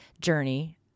journey